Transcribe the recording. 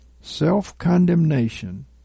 Self-condemnation